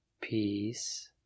peace